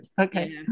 Okay